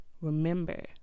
remember